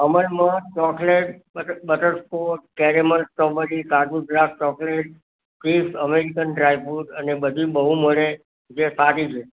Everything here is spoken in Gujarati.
અમારે એમાં ચૉકલેટ બટરસ્કોચ કેરેમલ સ્ટ્રોબેરી કાજુ દ્રાક્ષ ચોકલેટ ચિપ્સ અમેરિકન ડ્રાયફ્રૂટ્સ ને બધી બહુ મળે જે સારી છે